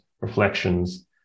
reflections